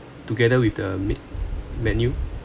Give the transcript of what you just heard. together with the meat menu